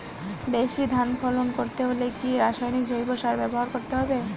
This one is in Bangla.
বেশি ধান ফলন করতে হলে কি রাসায়নিক জৈব সার ব্যবহার করতে হবে?